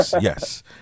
yes